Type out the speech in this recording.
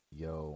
yo